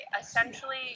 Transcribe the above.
Essentially